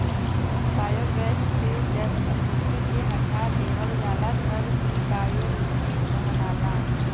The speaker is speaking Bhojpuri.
बायोगैस से जब अशुद्धि के हटा देवल जाला तब इ बायोमीथेन कहलाला